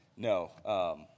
No